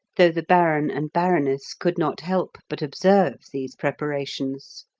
though the baron and baroness could not help but observe these preparations.